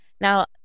Now